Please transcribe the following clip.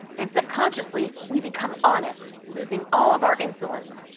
and subconsciously, we become honest, losing all of our insolence.